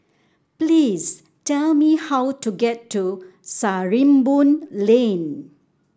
please tell me how to get to Sarimbun Lane